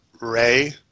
Ray